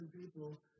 people